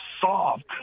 soft